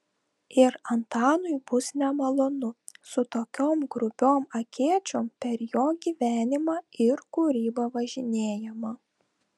ir antanui bus nemalonu su tokiom grubiom akėčiom per jo gyvenimą ir kūrybą važinėjama